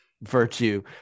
virtue